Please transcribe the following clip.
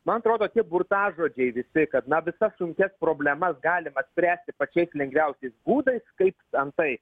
man atrodo kaip burtažodžiai visi kad na visas sunkias problemas galima spręsti pačiais lengviausiais būdais kaip antai